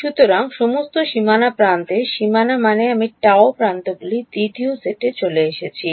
সুতরাং সমস্ত সীমানা প্রান্তের সীমানা মানে আমি Γ′ প্রান্তগুলি দ্বিতীয় সেটে নিয়ে চলে এসেছি